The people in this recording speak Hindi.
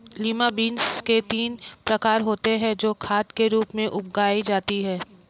लिमा बिन्स के तीन प्रकार होते हे जो खाद के रूप में उगाई जाती हें